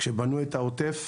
כשבנו את העוטף,